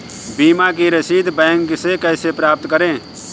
बीमा की रसीद बैंक से कैसे प्राप्त करें?